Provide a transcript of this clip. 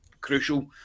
crucial